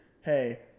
hey –